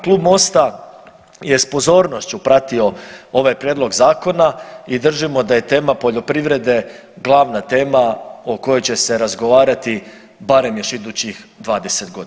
Klub MOST-a je s pozornošću pratio ovaj prijedlog zakona i držimo da je tema poljoprivrede glavna tema o kojoj će se razgovarati barem još idućih 20 godina.